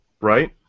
Right